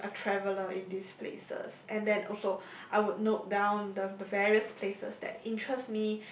being a traveller in these places and then also I would note down the the various places that interest